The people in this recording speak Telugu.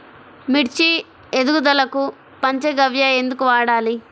మిర్చి ఎదుగుదలకు పంచ గవ్య ఎందుకు వాడాలి?